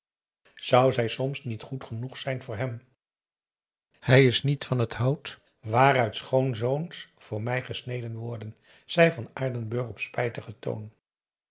zou zij soms niet goed genoeg zijn voor hem hij is niet van het hout waaruit schoonzoons voor mij gesneden worden zei van aardenburg op spijtigen toon